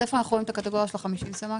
איפה רואים את הקטגוריות של ה-50 סמ"ק?